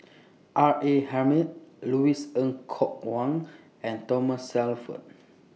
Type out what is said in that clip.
R A Hamid Louis Ng Kok Kwang and Thomas Shelford